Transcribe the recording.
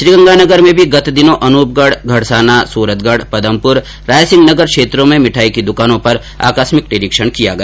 श्रीगंगानगर में भी गत दिनों अनूपगढ़ घड़साना सूरतगढ़ पदमपुर रायसिंहनगर क्षेत्रों में मिठाई की दुकानों पर निरीक्षण किया गया